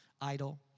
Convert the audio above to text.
idol